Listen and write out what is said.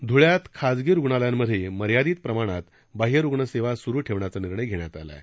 ध्ळ्यात खासगी रुग्णालयांमध्ये मर्यादित प्रमाणात बाह्यरुग्ण सेवा सुरु ठेवण्याचा निर्णय घेण्यात आला आहे